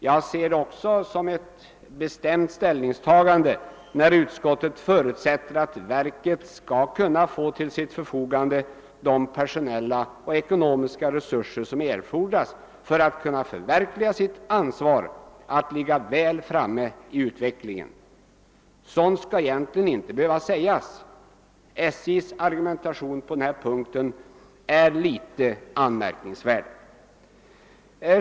Jag ser det också som ett bestämt ställningstagande när utskottet förutsätter att verker skall kunna få till sitt förfogande de personella och ekonomiska resurser som erfordras för att förverkliga ansvaret att ligga väl framme i utvecklingen. Sådant skall egentligen inte behöva sägas — SJ:s argumentation på denna punkt är litet anmärkningsvärd.